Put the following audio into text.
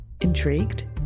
Intrigued